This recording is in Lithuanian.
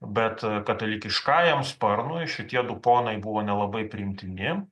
bet katalikiškajam sparnui šitie du ponai buvo nelabai priimtini